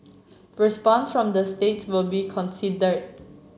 response from the states will be considered